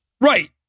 Right